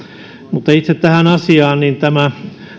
itse tähän asiaan tämä